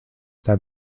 that